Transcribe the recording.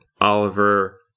Oliver